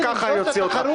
זאת התחרות?